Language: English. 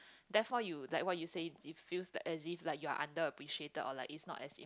therefore you like what you say it feels as if like you're under appreciated or like it's not as im~